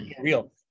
real